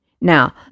Now